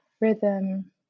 rhythm